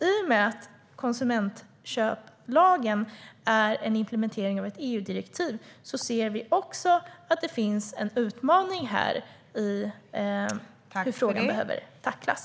I och med att konsumentköplagen är en implementering av ett EU-direktiv ser vi också att det finns en utmaning i hur frågan behöver tacklas.